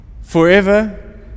forever